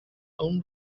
own